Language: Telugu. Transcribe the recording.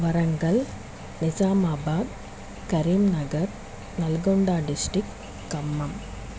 వరంగల్ నిజామాబాద్ కరీంనగర్ నల్గొండ డిస్టిక్ ఖమ్మం